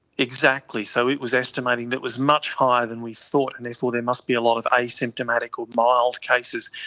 exactly, so it was estimating that it was much higher than we thought and therefore there must be a lot of asymptomatic or mild cases,